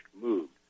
moved